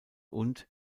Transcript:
und